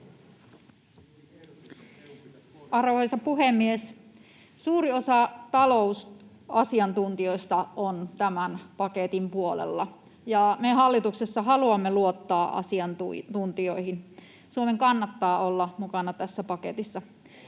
Arvoisa puhemies! Suuri osa talousasiantuntijoista on tämän paketin puolella, ja me hallituksessa haluamme luottaa asiantuntijoihin. Suomen kannattaa olla mukana tässä paketissa.